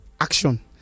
action